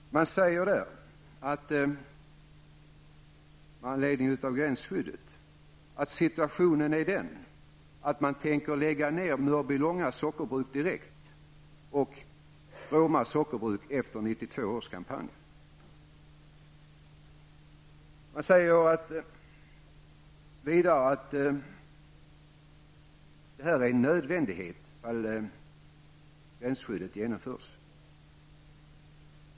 Där säger man, att med anledning av gränsskyddet är situationen den att man tänker lägga ned Mörbylånga sockerbruk direkt och Roma sockerbruk under 1992 års kampanj. Man säger vidare att detta är en nödvändighet om gränsskyddet genomförs.